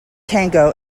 tango